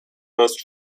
most